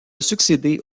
succédé